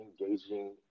engaging